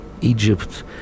Egypt